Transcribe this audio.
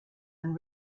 and